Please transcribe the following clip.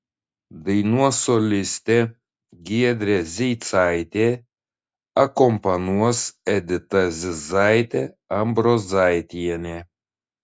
dainuos solistė giedrė zeicaitė akompanuos edita zizaitė ambrozaitienė